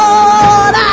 Lord